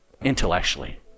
intellectually